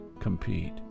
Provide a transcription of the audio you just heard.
compete